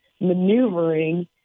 maneuvering